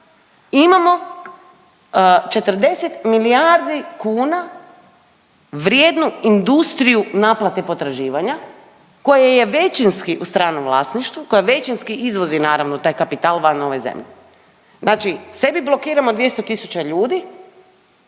imamo 40 milijardi kuna vrijednu industriju naplate potraživanja koje je većinski u stranom vlasništvu, koja većinski izvozi naravno taj kapital van ove zemlje. Znači sebi blokiramo 200 tisuća ljudi